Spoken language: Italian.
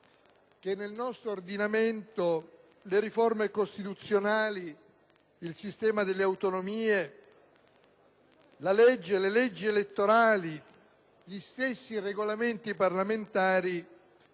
che nel nostro ordinamento le riforme costituzionali, il sistema delle autonomie, le leggi elettorali e gli stessi Regolamenti parlamentari